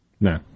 No